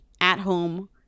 At-home